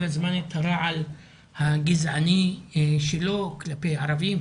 הזמן את הרעל הגזעני שלו כלפי ערבים,